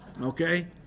Okay